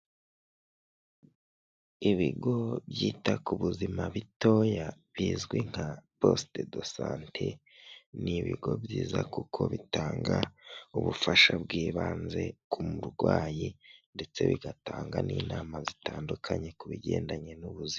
Ibigo byita ku buzima bitoya bizwi nka posite do sante, ni ibigo byiza kuko bitanga ubufasha bw'ibanze ku murwayi ndetse bigatanga n'inama zitandukanye ku bigendanye n'ubuzima.